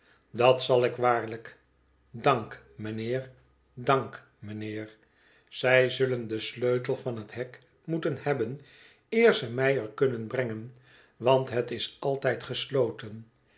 dat zal ik waarlijk dank mijnheer dank mijnheer zij zullen den sleutel van het hek moeten hebben eer ze mij er kunnen brengen want het is altijd gesloten